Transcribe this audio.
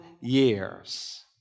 years